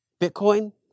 Bitcoin